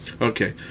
Okay